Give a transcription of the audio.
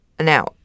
Now